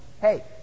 hey